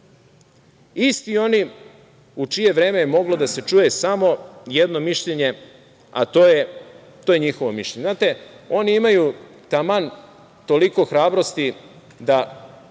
isti oni u čije vreme je moglo da se čuje samo jedno mišljenje, a to je njihovo mišljenje. Znate, oni imaju taman toliko hrabrosti da